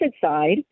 side